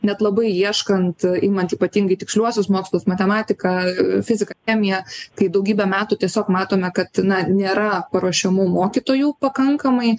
net labai ieškant imant ypatingai tiksliuosius mokslus matematiką fiziką chemiją kai daugybę metų tiesiog matome kad na nėra paruošiamų mokytojų pakankamai